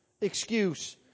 excuse